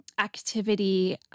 activity